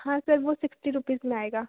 हाँ सर वह sixty rupees में आएगा